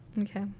Okay